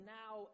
now